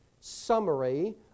summary